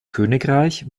königreich